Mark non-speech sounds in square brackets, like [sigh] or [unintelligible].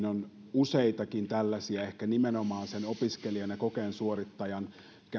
[unintelligible] on useitakin tällaisia ehkä nimenomaan sen opiskelijan ja kokeen suorittajan